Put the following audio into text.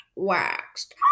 Waxed